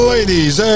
Ladies